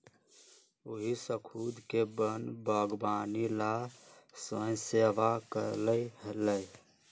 वही स्खुद के वन बागवानी ला स्वयंसेवा कई लय